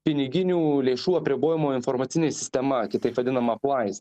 piniginių lėšų apribojimo informacinė sistema kitaip vadinama plais